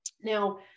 Now